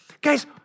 Guys